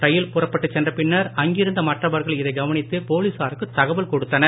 ரயில் புறப்பட்டு சென்ற பின்னர் அங்கிருந்த மற்றவர்கள் இதை கவனித்து போலீசாருக்கு தகவல் கொடுத்தனர்